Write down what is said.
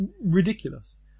ridiculous